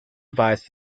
revised